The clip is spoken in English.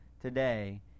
today